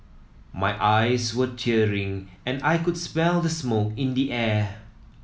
my eyes were tearing and I could smell the smoke in the air